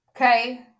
okay